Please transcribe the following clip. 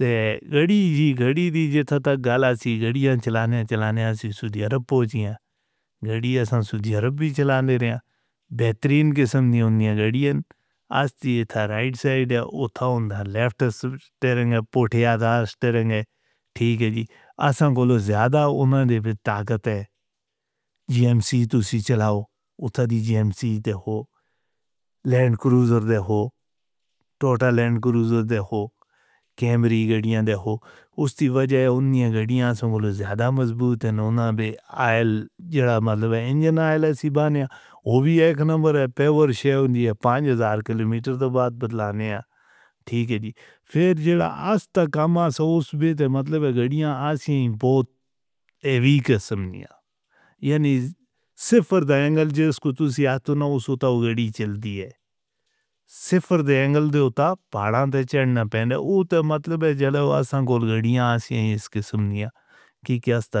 اوہ گھڑی جی، گھڑی دیجیے تے گلاں سی گھڑیاں چَلانے چَلانے آسی سدی اَرب پوچیاں گھڑیاں سدی اَرب وی چلا لیندے رہے نیں۔ بہترین دے نال نہیں، اُنّیاں گھڑیاں اج سی، ایہہ سی رائیٹ سائیڈ اے، اوتھے اُوندھ لیفٹ اے، ٹھیک اے جی۔ اساں کولوں زیادہ اُنہاں نوں تانکدے جیئیمسی، تسی چلاو اُتری جیئیمسی دی ہو، لینڈ کروزر دی ہو، ٹوٹ لینڈ کروزر دی ہو، کیمری گڈیاں دی ہو؟ اُسدی وجہ زیادہ مضبوط اے تے مطلب پنجھزار کلومیٹر، ٹھیک اے جی۔ فیر۔ یعنی، ایسے فار دی اینگل دی کیہ؟